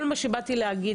כל מה שבאתי להגיד,